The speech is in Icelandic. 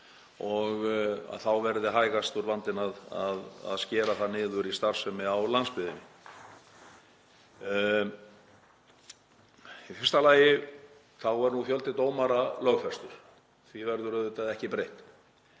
að þá verði hægastur vandinn að skera niður starfsemi á landsbyggðinni. Í fyrsta lagi er fjöldi dómara lögfestur. Því verður auðvitað ekki breytt.